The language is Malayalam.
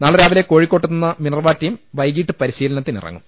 നാളെ രാവിലെ കോഴിക്കോട്ടെത്തുന്ന മിനർവ്വ ടീം വൈകീട്ട് പരിശീലനത്തിനിറങ്ങും